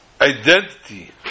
identity